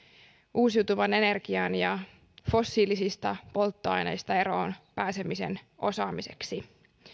uusiutuvan energian osaamista ja fossiilisista polttoaineista eroon pääsemisen osaamista